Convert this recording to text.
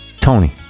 Tony